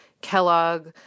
Kellogg